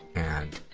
and,